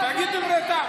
תגידו: בית"ר.